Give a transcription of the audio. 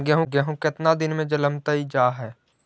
गेहूं केतना दिन में जलमतइ जा है?